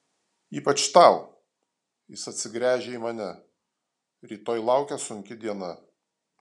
ypač tau jis atsigręžia į mane rytoj laukia sunki diena